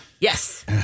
Yes